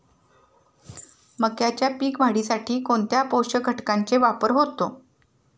मक्याच्या पीक वाढीसाठी कोणत्या पोषक घटकांचे वापर होतो?